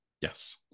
Yes